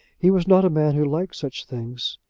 he was not a man who liked such things.